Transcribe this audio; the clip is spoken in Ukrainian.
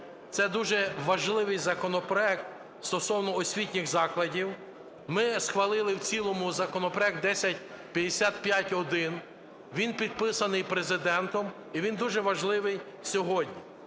Це дуже важливий законопроект стосовно освітніх закладів. Ми схвалили в цілому законопроект 1055-1, він підписаний Президентом, і він дуже важливий сьогодні.